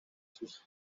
sus